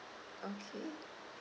okay